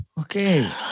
Okay